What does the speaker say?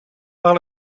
par